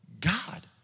God